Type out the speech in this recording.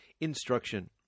instruction